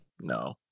No